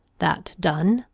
that done,